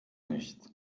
nicht